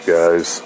guys